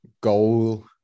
goal